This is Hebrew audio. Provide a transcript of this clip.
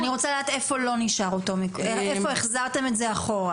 אני רוצה לדעת איפה לא - איפה החזרתם את זה אחורה.